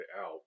out